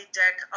deck